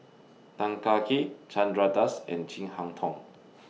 Tan Kah Kee Chandra Das and Chin Harn Tong